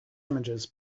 images